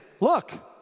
look